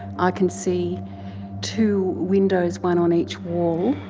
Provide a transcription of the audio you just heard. i can see two windows, one on each wall.